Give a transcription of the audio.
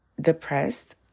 depressed